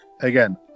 Again